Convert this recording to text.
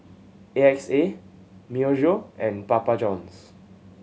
A X A Myojo and Papa Johns